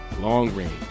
long-range